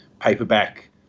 paperback